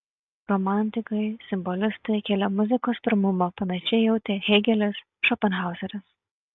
romantikai simbolistai kėlė muzikos pirmumą panašiai jautė hėgelis šopenhaueris